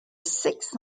six